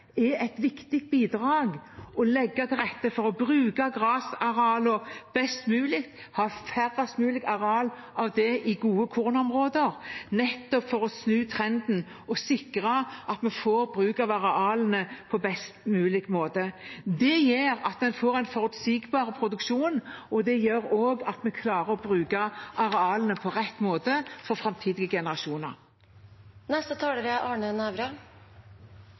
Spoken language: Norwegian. er et viktig bidrag – å legge til rette for å bruke gressarealene best mulig, ha færrest mulig areal av det i gode kornområder, nettopp for å snu trenden og sikre at vi får brukt arealene på best mulig måte. Det gjør at vi får en forutsigbar produksjon, og det gjør også at vi klarer å bruke arealene på rett måte for framtidige generasjoner. Jeg er